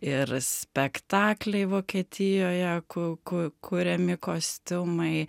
ir spektakliai vokietijoje ku ku kuriami kostiumai